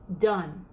done